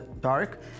dark